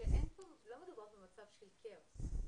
לא מדובר פה במצב של כאוס.